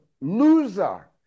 loser